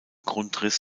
grundriss